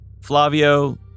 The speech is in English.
Flavio